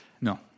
No